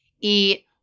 eat